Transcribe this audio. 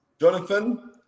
Jonathan